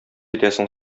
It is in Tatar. итәсең